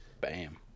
Bam